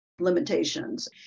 limitations